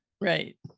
Right